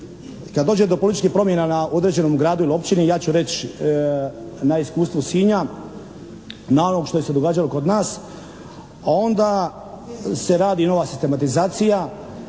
Kada dođe do političkih promjena na određenom gradu ili općini ja ću reći na iskustvu Sinja, na … /Ne razumije se./ … što se događalo kod nas, a onda se radi nova sistematizacija,